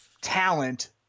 talent